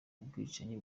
bwicanyi